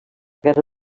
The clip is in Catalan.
guerra